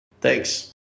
Thanks